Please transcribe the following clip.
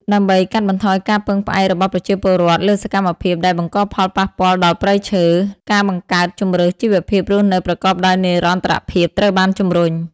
ដើម្បីកាត់បន្ថយការពឹងផ្អែករបស់ប្រជាពលរដ្ឋលើសកម្មភាពដែលបង្កផលប៉ះពាល់ដល់ព្រៃឈើ ការបង្កើតជម្រើសជីវភាពរស់នៅប្រកបដោយនិរន្តរភាពត្រូវបានជំរុញ។